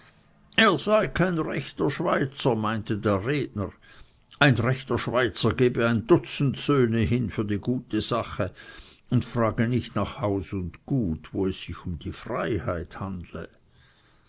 er sei kein rechter schweizer meinte der redner ein echter schweizer gebe ein dutzend söhne hin für die gute sache und frage nicht nach haus und gut wo es sich um die freiheit handle